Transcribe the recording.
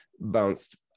bounced